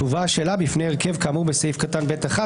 תובא השאלה בפני הרכב כאמור בסעיף קטן (ב)(1);